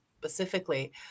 specifically